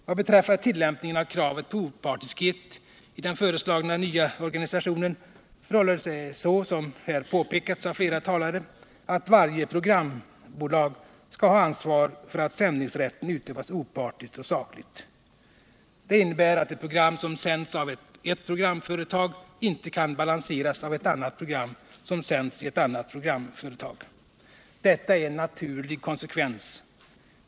Vad beträffar tillgodoseendet av kravet på opartiskhet i den föreslagna nya organisationen förhåller det sig så som här har påpekats av flera talare, att varje programbolag skall ha ansvar för att sändningsrätten utövas opartiskt och sakligt. Det innebär att ett program som sänds av ett programföretag inte kan balanseras av ett annat program, som sänds av ett annat programföretag. Detta är en naturlig konsekvens.